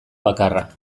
bakarra